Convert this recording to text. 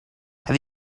have